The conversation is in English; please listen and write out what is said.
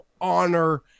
honor